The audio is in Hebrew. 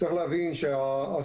אין מניעה.